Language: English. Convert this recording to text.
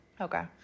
Okay